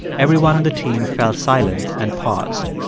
everyone on the team fell silent and paused.